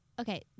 okay